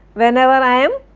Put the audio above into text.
whenever i am.